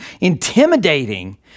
intimidating